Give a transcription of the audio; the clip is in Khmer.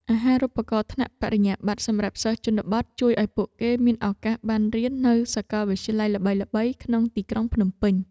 អាហារូបករណ៍ថ្នាក់បរិញ្ញាបត្រសម្រាប់សិស្សជនបទ ជួយឱ្យពួកគេមានឱកាសបានរៀននៅសាកលវិទ្យាល័យល្បីៗក្នុងទីក្រុងភ្នំពេញ។